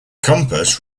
compass